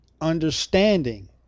Understanding